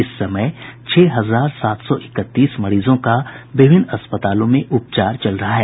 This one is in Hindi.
इस समय छह हजार सात सौ इकतीस मरीजों का विभिन्न अस्पतालों में इलाज चल रहा है